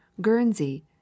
Guernsey